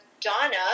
Donna